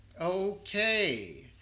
Okay